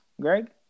Greg